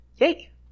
Yay